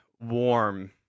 warm